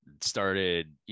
started